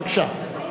בבקשה.